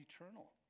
eternal